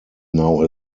now